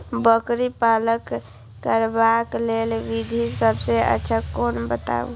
बकरी पालन करबाक लेल विधि सबसँ अच्छा कोन बताउ?